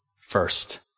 first